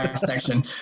section